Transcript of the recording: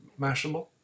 Mashable